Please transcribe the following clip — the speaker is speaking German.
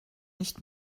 nicht